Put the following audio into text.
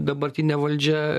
dabartinė valdžia